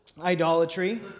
idolatry